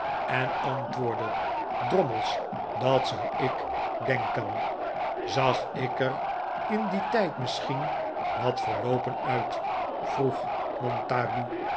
en antwoordde drommels dat zou ik denken zag ik er in dien tijd misschien wat verloopen uit vroeg montague